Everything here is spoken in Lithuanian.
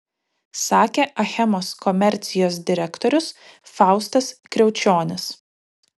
sakė achemos komercijos direktorius faustas kriaučionis